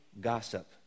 gossip